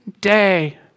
day